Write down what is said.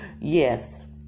Yes